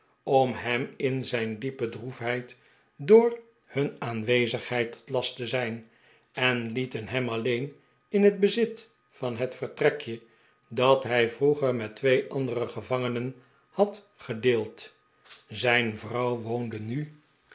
om hem in zijn diepe droefheid door hun aanwezigheid tot last te zijn en lieten de pickwick club hem alleen in het bezit van het vertrekje dat hij vroeger met twee andere gevangenen had gedeeld zijn vrouw woo'nde nu